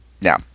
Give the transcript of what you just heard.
Now